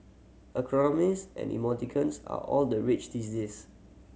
acronyms and emoticons are all the rage these days